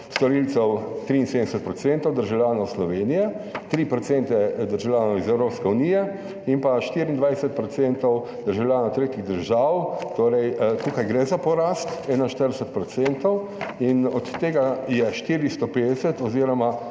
storilcev 73 % državljanov Slovenije, 3 % državljanov iz Evropske unije in pa 24 % državljanov tretjih držav. Torej, tukaj gre za porast 41 % in od tega je 450, oz.